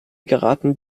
geraten